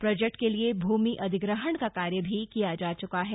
project के लिए भूमि अधिग्रहण का कार्य भी किया जा चुका है